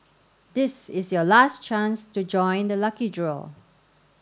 this is your last chance to join the lucky draw